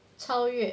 超越